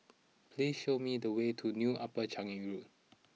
please show me the way to New Upper Changi Road